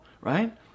right